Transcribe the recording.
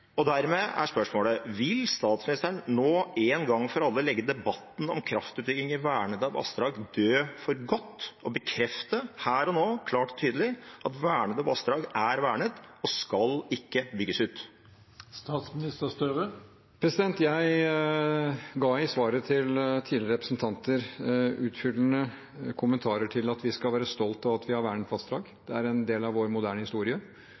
Dermed er spørsmålet: Vil statsministeren en gang for alle, for godt, legge debatten om kraftutbygging i vernede vassdrag død og her og nå klart og tydelig bekrefte at vernede vassdrag er vernet og ikke skal bygges ut? Jeg ga i svar til representanter her tidligere utfyllende kommentarer om at vi skal være stolte av at vi har vernet vassdrag, det er en del av vår moderne historie.